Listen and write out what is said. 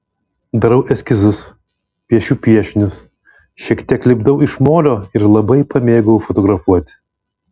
darau eskizus piešiu piešinius šiek tiek lipdau iš molio ir labai pamėgau fotografuoti